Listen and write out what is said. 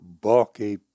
bulky